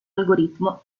algoritmo